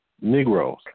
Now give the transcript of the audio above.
Negroes